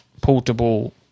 portable